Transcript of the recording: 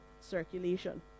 circulation